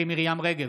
מירי מרים רגב,